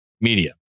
media